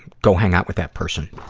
go hang out with that person.